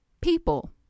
people